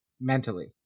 mentally